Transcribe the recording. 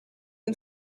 and